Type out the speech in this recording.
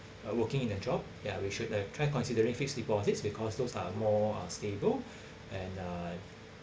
uh working in a job ya we should uh tried considering fixed deposits because those are more stable and uh